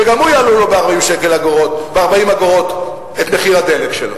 וגם הוא יעלו לו ב-40 אגורות את מחיר הדלק.